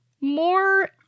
more